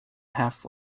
half